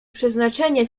przeznaczenie